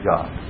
God